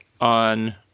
on